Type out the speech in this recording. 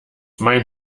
mein